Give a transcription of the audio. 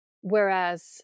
Whereas